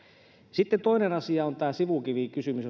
sitten toinen asia on tämä sivukivikysymys